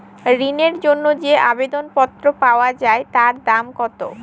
ঋণের জন্য যে আবেদন পত্র পাওয়া য়ায় তার দাম কত?